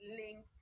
link